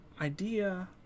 idea